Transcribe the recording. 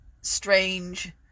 strange